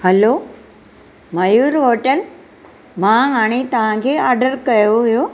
हलो Mayur hotel मां हाणे तव्हांखे ऑर्डर कयो हुयो